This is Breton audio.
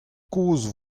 kozh